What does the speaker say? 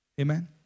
Amen